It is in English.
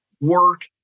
work